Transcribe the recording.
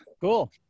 Cool